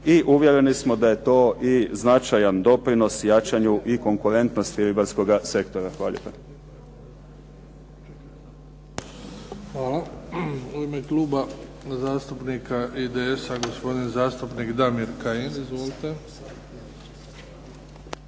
i uvjereni smo da je to i značajan doprinos jačanju i konkurentnosti ribarskoga sektora. Hvala lijepa. **Bebić, Luka (HDZ)** U ime Kluba zastupnika IDS-a, gospodin zastupnik Damir Kajin. Izvolite.